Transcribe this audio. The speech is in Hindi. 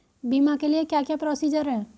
बीमा के लिए क्या क्या प्रोसीजर है?